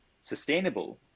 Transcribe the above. sustainable